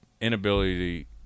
inability